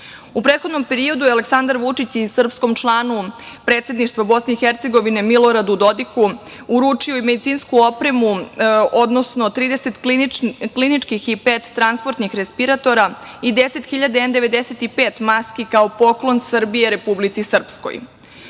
prethodno periodu je Aleksandar Vučić i srpskom članu predsedništva Bosne i Hercegovine Miloradu Dodiku uručio i medicinsku opremu, odnosno 30 kliničkih i pet transportnih respiratora i 10.000 N-95 maski, kao poklon Srbije Republici Srpskoj. Srbija